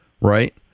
right